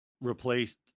replaced